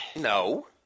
No